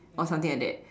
or something like that